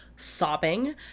Sobbing